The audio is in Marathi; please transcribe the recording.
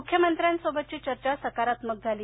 मुख्यमंत्र्यांसोबतची चर्चा सकारात्मक झाली